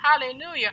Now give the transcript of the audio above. Hallelujah